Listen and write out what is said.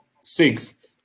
six